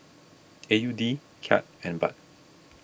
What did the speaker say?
A U D Kyat and Baht